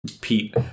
Pete